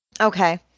Okay